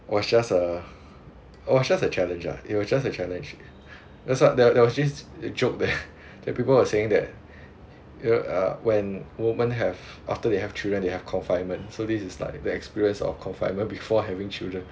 was just a was just a challenge uh it was just a challenge that's what there there was this joke that that people were saying that you know uh when women have after they have children they have confinement so this like the experience of confinement before having children